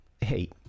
hey